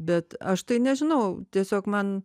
bet aš tai nežinau tiesiog man